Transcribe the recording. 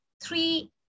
three